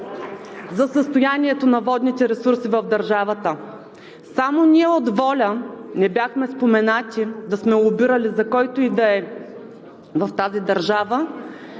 за състоянието на водните ресурси в държавата. Само ние от ВОЛЯ не бяхме споменати да сме лобирали за който и да е в тази държава